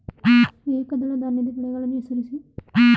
ಏಕದಳ ಧಾನ್ಯದ ಬೆಳೆಗಳನ್ನು ಹೆಸರಿಸಿ?